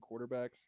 quarterbacks